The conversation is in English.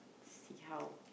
see how